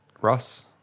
Russ